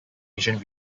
asian